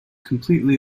completely